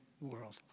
world